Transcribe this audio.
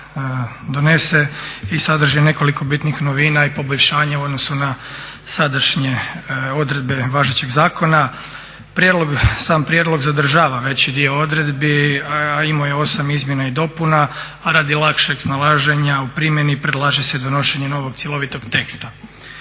donese i sadrži nekoliko bitnih novina i poboljšanja u odnosu na sadašnje odredbe važećeg zakona. Sam prijedlog zadržava veći dio odredbi, a imao je 8 izmjena i dopuna, a radi lakšeg snalaženja u primjeni predlaže se donošenje novog cjelovitog teksta.